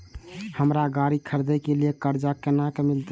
हमरा गाड़ी खरदे के लिए कर्जा केना मिलते?